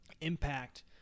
impact